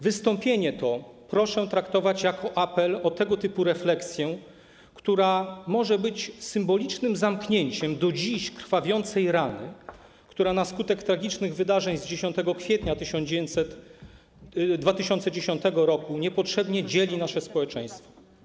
Wystąpienie to proszę traktować jako apel o tego typu refleksję, która może być symbolicznym zamknięciem do dziś krwawiącej rany, która na skutek tragicznych wydarzeń z 10 kwietnia 2010 r. niepotrzebnie dzieli nasze społeczeństwo.